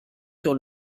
sur